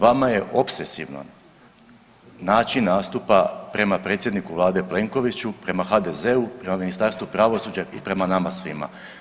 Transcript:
Vama je opsesivno način nastupa prema predsjedniku Vlade Plenkoviću, prema HDZ-u, prema Ministarstvu pravosuđa i prema nama svima.